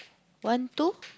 one two